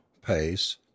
pace